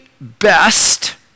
best